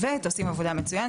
שלום חברים וחברות,